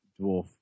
dwarf